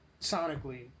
sonically